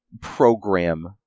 program